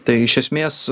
tai iš esmės